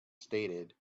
stated